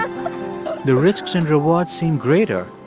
the risks and rewards seem greater,